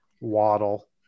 Waddle